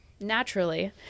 naturally